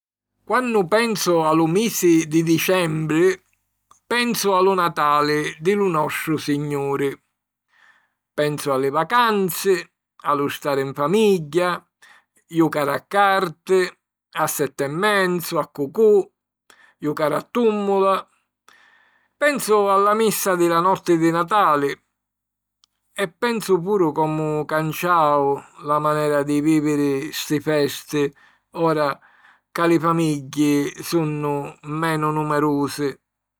Quannu pensu a lu misi di Dicembri pensu a lu Natali di lu nostru Signuri. Pensu a li vacanzi, a lu stari 'n famigghia, jucari a carti, a sett'e menzu, a cucù, jucari a tùmmula. Pensu a la Missa di la notti di Natali e pensu puru comu canciau la manera di vìviri sti festi, ora ca li famigghi sunnu menu numerusi.